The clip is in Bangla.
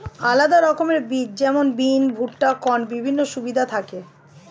আলাদা রকমের বীজ যেমন বিন, ভুট্টা, কর্নের বিভিন্ন সুবিধা থাকি